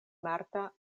marta